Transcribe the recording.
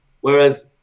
Whereas